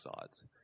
sides